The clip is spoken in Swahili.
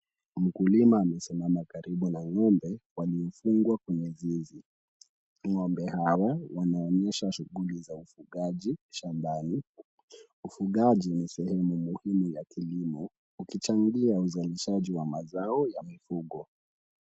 Mkulima amesimama karibu na ng'ombe waliofungwa kwenye zizi. Ng'ombe hawa wanaonyesha shughuli za ufugaji shambani. Ufugaji ni sehemu muhimu ya kilimo ukichangia uzalishaji wa mazao ya mifugo.